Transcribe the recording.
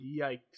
Yikes